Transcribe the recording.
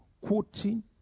quoting